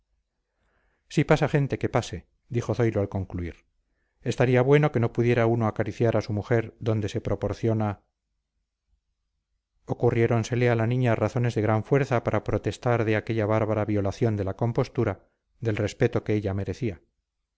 si pasa gente que pase dijo zoilo al concluir estaría bueno que no pudiera uno acariciar a su mujer donde se proporciona ocurriéronsele a la niña razones de gran fuerza para protestar de aquella bárbara violación de la compostura del respeto que ella merecía